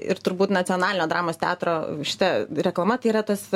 ir turbūt nacionalinio dramos teatro šita reklama tai yra tas